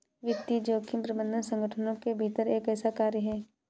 वित्तीय जोखिम प्रबंधन संगठनों के भीतर एक ऐसा कार्य है